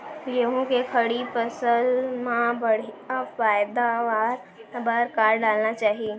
गेहूँ के खड़ी फसल मा बढ़िया पैदावार बर का डालना चाही?